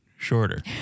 Shorter